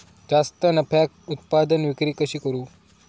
जास्त नफ्याक उत्पादन विक्री कशी करू?